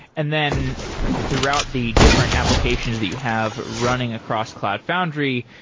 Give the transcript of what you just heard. and then throughout the different applications that you have running across cloud foundry,